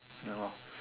ya what